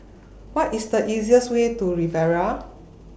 What IS The easiest Way to Riviera